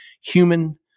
human